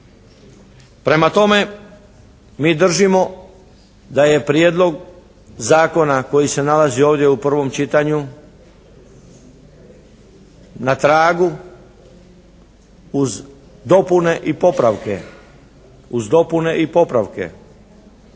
Prema tome, mi držimo da je prijedlog zakona koji se nalazi ovdje u prvom čitanju na tragu uz dopune i popravke.